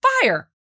fire